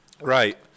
right